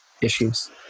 issues